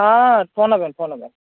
ᱦᱮᱸᱻ ᱯᱷᱳᱱ ᱟᱵᱮᱱ ᱯᱷᱳᱱ ᱟᱵᱮᱱ